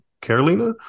Carolina